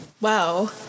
Wow